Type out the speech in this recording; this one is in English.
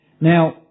Now